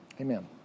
Amen